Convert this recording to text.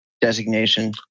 designation